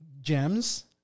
gems